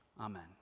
Amen